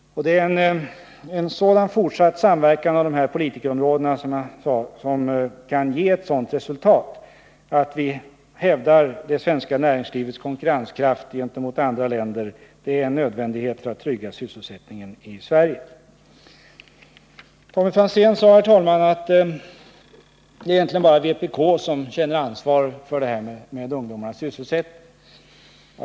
Det är en fortsatt samverkan mellan de här politiska områdena som kan få till resultat att vi hävdar det svenska näringslivets konkurrenskraft gentemot andra länders, och det är i sin tur en förutsättning för att vi skall kunna trygga sysselsättningen i Sverige. Herr talman! Tommy Franzén sade att det egentligen bara är vpk som känner ansvar när det gäller frågan om ungdomens sysselsättning.